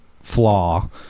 flaw